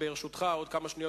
ברשותך, עוד כמה שניות.